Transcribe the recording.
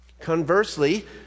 Conversely